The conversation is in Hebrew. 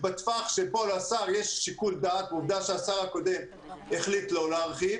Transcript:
בטווח שלשר יש שיקול דעת ועובדה שהשר הקודם החליט לא להרחיב